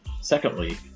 secondly